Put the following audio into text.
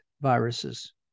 viruses